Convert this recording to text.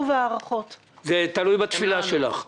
זה תלוי בתפילה שלך.